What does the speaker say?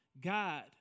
God